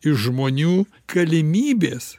iš žmonių galimybės